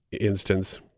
instance